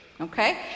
okay